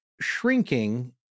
shrinking